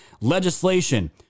legislation